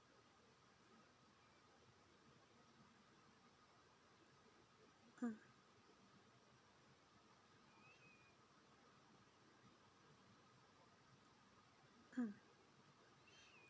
mm mm